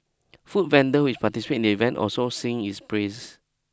food vendors which participate in the event also sang its praises